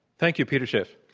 thank you peter schiff.